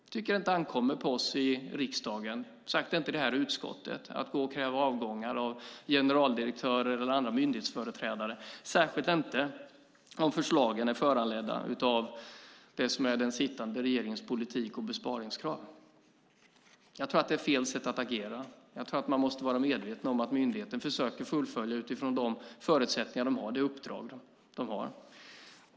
Jag tycker inte att det ankommer på oss i riksdagen, särskilt inte i det här utskottet, att gå och kräva avgångar av generaldirektörer eller andra myndighetsföreträdare, särskilt inte om förslagen är föranledda av det som är den sittande regeringens politik och besparingskrav. Jag tror att det är fel sätt att agera. Jag tror att man måste vara medveten om att myndigheten försöker fullfölja det uppdrag den har utifrån de förutsättningar den har.